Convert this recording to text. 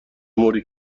موری